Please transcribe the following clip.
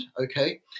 okay